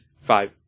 five